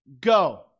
go